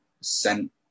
sent